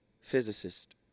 physicist